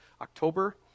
October